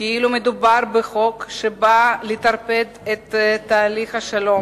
כאילו מדובר בחוק שבא לטרפד את תהליך השלום,